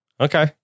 okay